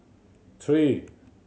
three